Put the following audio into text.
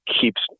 keeps